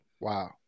Wow